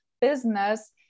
business